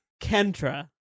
Kendra